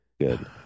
Good